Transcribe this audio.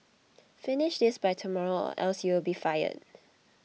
finish this by tomorrow or else you'll be fired